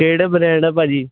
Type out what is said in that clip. ਕਿਹੜਾ ਬਰੈਂਡ ਆ ਭਾਅ ਜੀ